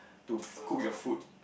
to cook your food